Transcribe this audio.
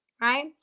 Right